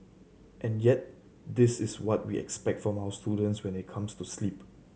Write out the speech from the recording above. and yet this is what we expect of our students when it comes to sleep